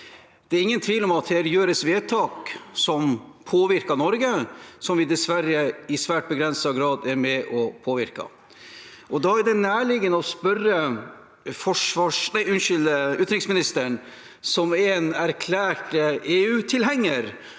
Det er ingen tvil om det her gjøres vedtak som påvirker Norge, men som vi selv dessverre i svært begrenset grad er med og påvirker. Da er det nærliggende å spørre utenriksministeren, som er en erklært EU-tilhenger